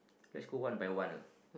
let's go one by one